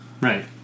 Right